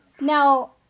Now